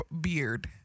beard